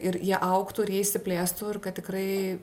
ir jie augtų ir jie išsiplėstų ir kad tikrai